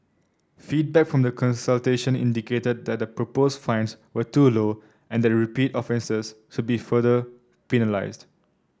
feedback from the consultation indicated that the proposed fines were too low and that repeated offences should be further penalised